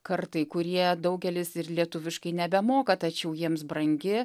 kartai kurie daugelis ir lietuviškai nebemoka tačiau jiems brangi